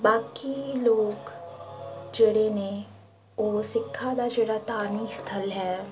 ਬਾਕੀ ਲੋਕ ਜਿਹੜੇ ਨੇ ਉਹ ਸਿੱਖਾਂ ਦਾ ਜਿਹੜਾ ਧਾਰਮਿਕ ਸਥਲ ਹੈ